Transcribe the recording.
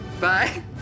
Bye